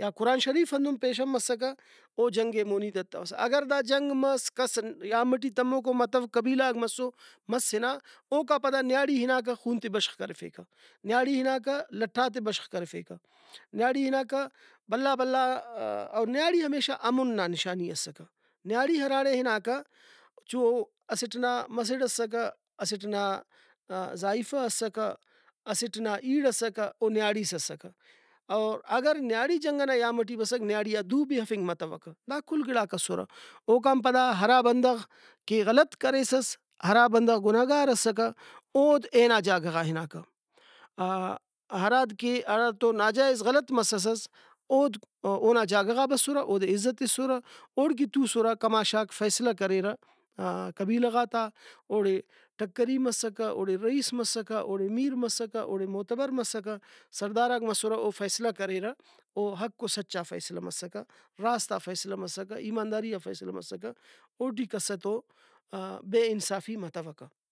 یا قرآن شریف ہندن پیشن مسکہ او جنگے مونی دتوسہ اگر دا جنگ مس کس یام ٹی تموکو متو قبیلہ آک مسو مس ہنا اوکا پدا نیاڑی ہناکہ خون تے بشخ کرفیکہ نیاڑی ہناکہ لٹاتے بشخ کرفیکہ نیاڑی ہناکہ بھلا بھلا اور نیاڑی ہمیشہ امُن نا نشانی اسکہ نیاڑی ہراڑے ہناکہ چو مسڑ اسکہ اسٹ نا ذائیفہ اسکہ اسٹ نا ایڑ اسکہ او نیاڑیس اسکہ اور نیاڑی جنگ ئنا یام ٹی بسکہ نیاڑی آ دو بھی ہفنگ متوکہ دا کل گڑاک اسرہ اوکان پدا ہرا بندغ کہ غلط کریسس ہرا بندغ گناہگار اسکہ اود اے نا جاگہ غا ہناکہ ہراد کہ ہراڑتو ناجائز غلط مسس اود اونا جاگہ غا بسُرہ اودے عزت تسرہ اوڑکہ توسرہ کماشاک فیصلہ کریرہ قبیلہ غاتا اوڑے ٹکری مسکہ اوڑے رئیس مسکہ اوڑے میر مسکہ اوڑے معتبر مسکہ سڑداراک مسرہ او فیصلہ کریرہ او حق ؤ سچا فیصلہ مسکہ راستا فیصلہ مسکہ ایمانداری آ فیصلہ مسکہ اوٹی کس تو بے انصافی متوکہ